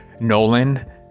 nolan